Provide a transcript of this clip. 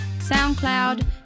SoundCloud